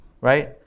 Right